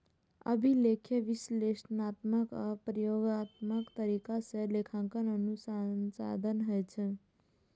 अभिलेखीय, विश्लेषणात्मक आ प्रयोगात्मक तरीका सं लेखांकन अनुसंधानक होइ छै